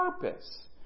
purpose